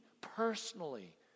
personally